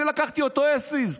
אני לקחתי אותו as is,